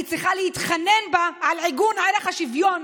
אני צריכה להתחנן בה על עיגון ערך השוויון.